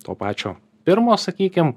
to pačio pirmo sakykim